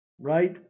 right